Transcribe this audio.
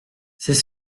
c’est